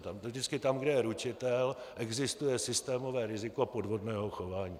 Tam, kde je ručitel, existuje systémové riziko podvodného chování.